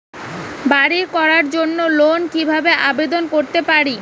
বাড়ি করার জন্য লোন কিভাবে আবেদন করতে পারি?